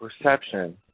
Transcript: perception